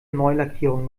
neulackierung